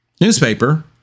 newspaper